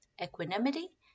equanimity